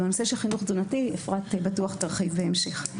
בנושא של חינוך תזונתי אפרת בטוח תרחיב בהמשך.